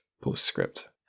postscript